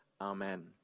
Amen